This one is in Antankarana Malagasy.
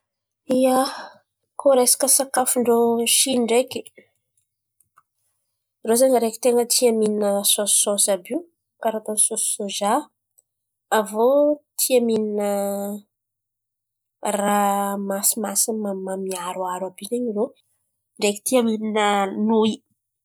Ia, koa reseka sakafon-drô Riosy ndreky rô zen̈y areky ten̈a tia mihin̈a sôsosy àby io karà atôny sôsy sôza. Avô tia mihin̈a raha masimasin̈y irô ndreky tia mihin̈a noy.